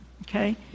Okay